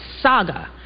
saga